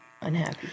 Unhappy